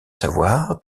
savoir